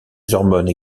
hormones